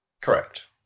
Correct